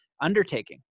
undertaking